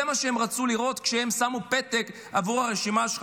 מה שהם רצו לראות כשהם שמו פתק עבור הרשימה שלך,